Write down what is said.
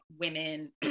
women